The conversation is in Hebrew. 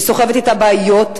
היא סוחבת אתה בעיות,